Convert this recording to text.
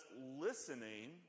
listening